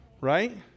Right